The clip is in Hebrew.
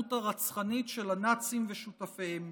והאלימות הרצחנית של הנאצים ושותפיהם.